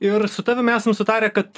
ir su tavimi esam sutarę kad